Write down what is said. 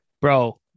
bro